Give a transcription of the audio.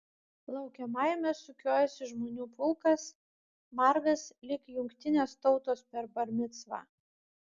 laukiamajame sukiojosi žmonių pulkas margas lyg jungtinės tautos per bar micvą